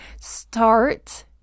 start